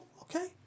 okay